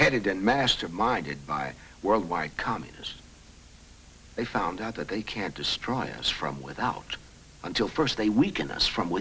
headed masterminded by worldwide communists they found out that they can't destroy us from without until first they weaken us from